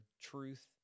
truth